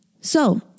So-